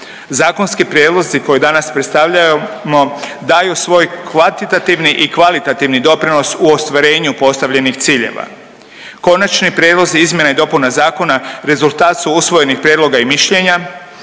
Zakonski prijedlozi koje danas predstavljamo daju svoj kvantitativni i kvalitativni doprinos u ostvarenju postavljenih ciljeva. Konačni prijedlozi izmjena i dopuna zakona rezultat su usvojenih prijedloga i mišljenja,